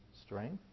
strength